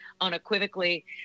unequivocally